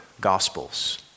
gospels